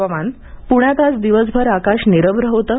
हवामान पुण्यात आज दिवसभर आकाश निरश्न होतं